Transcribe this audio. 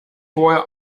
vorher